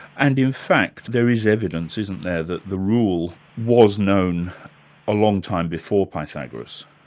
and in fact there is evidence, isn't there, that the rule was known a long time before pythagoras?